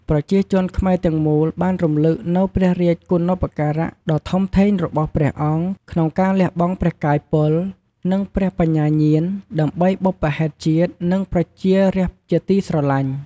ប្រជាជនខ្មែរទាំងមូលបានរម្លឹកនូវព្រះរាជគុណូបការៈដ៏ធំធេងរបស់ព្រះអង្គ ក្នុងការលះបង់ព្រះកាយពល និងព្រះបញ្ញាញាណ ដើម្បីបុព្វហេតុជាតិ និងប្រជារាស្ត្រជាទីស្រឡាញ់។